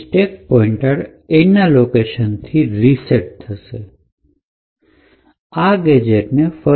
તેથી stack point A ના location થી રીસેટ થશે અને આ ગેજેટ ને ફરી એક્ઝિક્યુટ કરશે